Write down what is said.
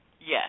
Yes